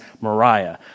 Mariah